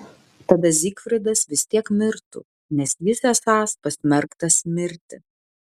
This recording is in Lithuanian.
tada zygfridas vis tiek mirtų nes jis esąs pasmerktas mirti